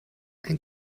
ein